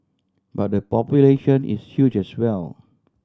but their population is huge as well